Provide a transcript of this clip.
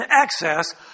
excess